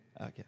okay